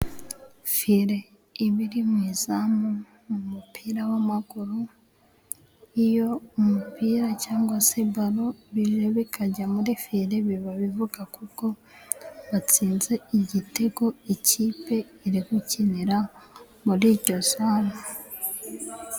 Fire iba iri mu izamu mu mupira w'amaguru, iyo umupira cyangwa se baro bije bikajya muri fire, biba bivuga kuko batsinze igitego, ikipe iri gukinira muri iryo zamu.